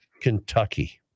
Kentucky